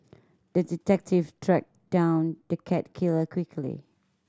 the detective tracked down the cat killer quickly